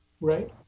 right